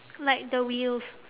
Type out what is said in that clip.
like the wheels